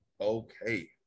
Okay